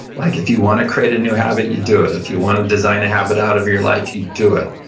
like if you want to create a new habit, you do it. if you want to design a habit out of your life, you do it.